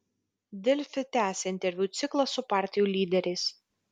delfi tęsia interviu ciklą su partijų lyderiais